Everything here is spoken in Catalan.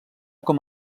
com